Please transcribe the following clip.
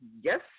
Yes